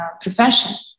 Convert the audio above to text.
profession